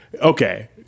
okay